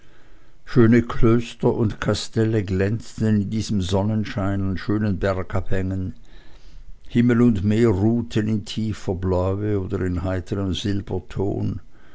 schöne klöster und kastelle glänzten in diesem sonnenschein an schönen bergabhängen himmel und meer ruhten in tiefer bläue oder in heitrem